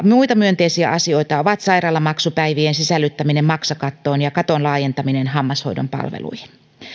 muita myönteisiä asioita ovat sairaalamaksupäivien sisällyttäminen maksukattoon ja katon laajentaminen hammashoidon palveluihin